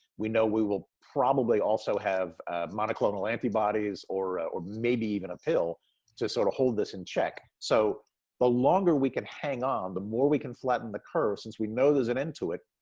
we know we will probably also have monoclonal antibodies or or maybe even a pill to sort of hold this in check. so the longer we can hang on, the more we can flatten the curve, since we know there's an end to it,